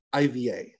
IVA